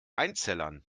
einzellern